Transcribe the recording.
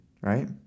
right